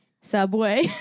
Subway